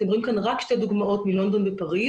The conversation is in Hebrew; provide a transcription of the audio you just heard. אתם רואים כאן רק שתי דוגמאות מלונדון ומפריס.